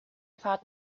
fahrt